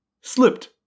slipped